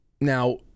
Now